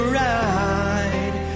ride